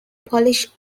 polish